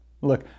Look